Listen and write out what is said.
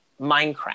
Minecraft